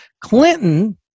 Clinton